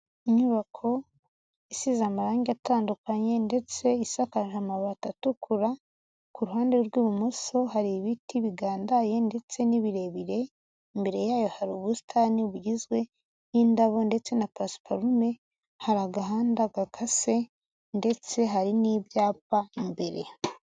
Inyubako isize amarangi atandukanye, ndetse isakaje amabati atukura, ku ruhande rw'ibumoso hari ibiti bigandaye ndetse n'ibirebire, imbere yayo hari ubusitani bugizwe n'indabo, ndetse na pasiparume, hari agahanda gakase, ndetse hari n'ibyapa bibiri.